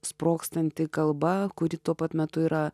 sprogstanti kalba kuri tuo pat metu yra